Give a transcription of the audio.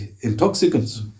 intoxicants